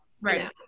Right